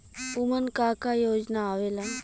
उमन का का योजना आवेला?